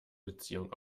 beziehung